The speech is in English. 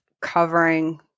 covering